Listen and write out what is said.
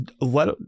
let